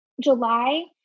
July